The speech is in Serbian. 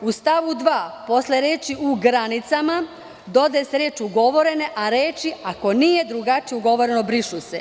U stavu 2. posle reči: "u granicama" dodaje se reč: "ugovorene", a reči: "ako nije drugačije ugovoreno" brišu se.